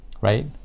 right